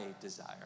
desire